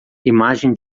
imagem